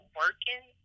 working